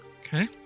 Okay